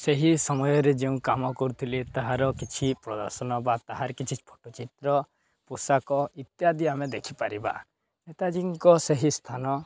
ସେହି ସମୟରେ ଯେଉଁ କାମ କରୁଥିଲେ ତାହାର କିଛି ପ୍ରଦର୍ଶନ ବା ତାହାର କିଛି ଫଟୋଚିତ୍ର ପୋଷାକ ଇତ୍ୟାଦି ଆମେ ଦେଖିପାରିବା ନେତାଜୀଙ୍କ ସେହି ସ୍ଥାନ